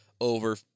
over